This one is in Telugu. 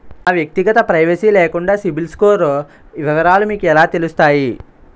నా వ్యక్తిగత ప్రైవసీ లేకుండా సిబిల్ స్కోర్ వివరాలు మీకు ఎలా తెలుస్తాయి?